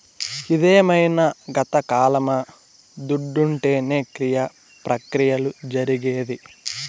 ఇదేమైన గతకాలమా దుడ్డుంటేనే క్రియ ప్రక్రియలు జరిగేది